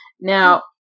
Now